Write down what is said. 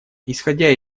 исходя